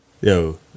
Yo